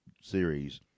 series